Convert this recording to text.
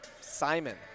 Simon